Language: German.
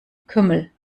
kümmel